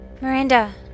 Miranda